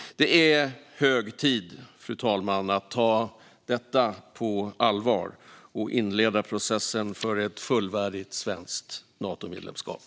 Det är hög tid, fru talman, att ta detta på allvar och inleda processen för ett fullvärdigt svenskt Natomedlemskap.